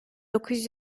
dokuz